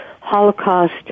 Holocaust